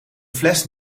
fles